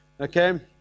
Okay